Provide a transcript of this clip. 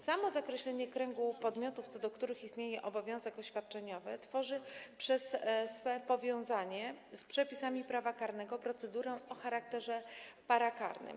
Samo zakreślenie kręgu podmiotów, co do których istnieje obowiązek oświadczeniowy, tworzy przez swe powiązanie z przepisami prawa karnego procedurę o charakterze parakarnym.